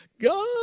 God